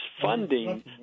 funding